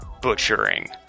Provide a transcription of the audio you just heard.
butchering